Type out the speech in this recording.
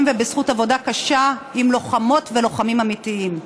ובזכות עבודה קשה עם לוחמות ולוחמים אמיתיים.